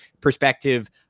perspective